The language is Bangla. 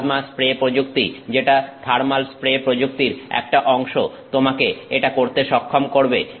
প্লাজমা স্প্রে প্রযুক্তি যেটা থার্মাল স্প্রে প্রযুক্তির একটা অংশ তোমাকে এটা করতে সক্ষম করবে